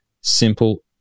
simple